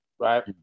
right